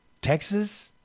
Texas